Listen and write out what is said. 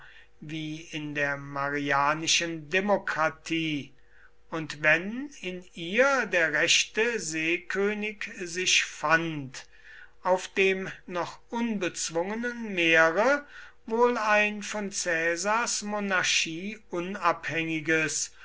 wie in der marianischen demokratie und wenn in ihr der rechte seekönig sich fand auf dem noch unbezwungenen meere wohl ein von caesars monarchie unabhängiges